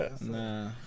nah